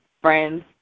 friends